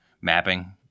mapping